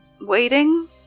waiting